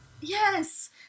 Yes